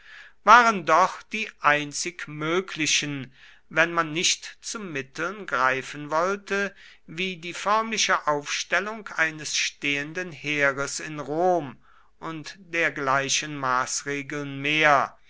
waren doch die einzig möglichen wenn man nicht zu mitteln greifen wollte wie die förmliche aufstellung eines stehendes heeres in rom und dergleichen maßregeln mehr